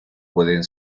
pueden